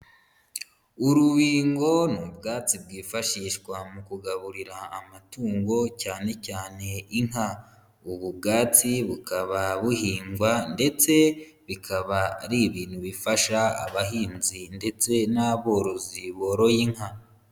Urubingo n'ubwatsi bwifashishwa mu kugaburira amatungo, cyane cyane inka. Ubu ubwatsi bukaba buhingwa ndetse bikaba ari ibintu bifasha abahinzi ndetse n'aborozi boroye inka.